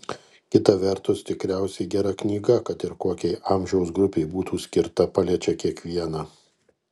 kita vertus tikriausiai gera knyga kad ir kokiai amžiaus grupei būtų skirta paliečia kiekvieną